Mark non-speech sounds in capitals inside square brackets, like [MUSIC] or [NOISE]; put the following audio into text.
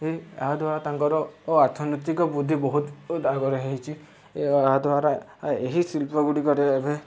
ଏ ଏହା ଦ୍ୱାରା ତାଙ୍କର ଓ ଅର୍ଥନୈତିକ ବୃଦ୍ଧି ବହୁତ [UNINTELLIGIBLE] ହେଇଛି ଏହାଦ୍ୱାରା ଏହି ଶିଳ୍ପ ଗୁଡ଼ିକରେ ଏବେ